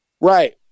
right